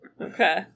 Okay